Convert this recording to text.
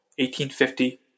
1850